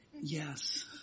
yes